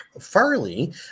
Farley